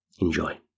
Enjoy